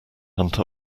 hunt